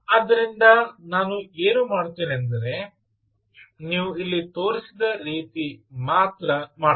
ಆದ್ದರಿಂದ ನಾನು ಏನು ಮಾಡುತ್ತೇನೆಂದರೆ ನೀವು ಇಲ್ಲಿ ತೋರಿಸಿದ ರೀತಿ ಮಾತ್ರ ಮಾಡಬೇಕು